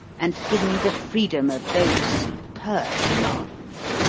and give me the freedom of those superb gardens.